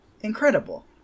Incredible